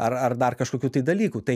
ar ar dar kažkokių tai dalykų tai